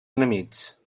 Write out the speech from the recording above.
enemics